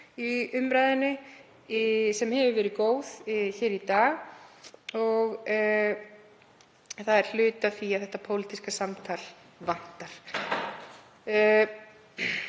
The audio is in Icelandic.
umræðuna sem hefur verið góð í dag. Það er hluti af því að þetta pólitíska samtal vantar.